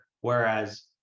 Whereas